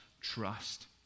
trust